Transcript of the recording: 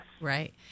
right